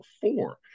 four